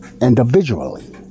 individually